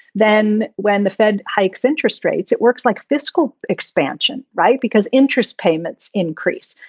then when the fed hikes interest rates, it works like fiscal expansion. right. because interest payments increase.